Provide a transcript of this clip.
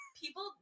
People